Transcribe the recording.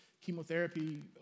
chemotherapy